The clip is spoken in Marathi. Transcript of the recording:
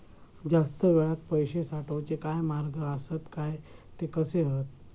जास्त वेळाक पैशे साठवूचे काय मार्ग आसत काय ते कसे हत?